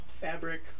fabric